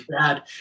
bad